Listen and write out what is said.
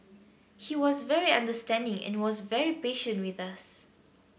he was very understanding and was very patient with us